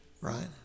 right